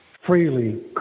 Freely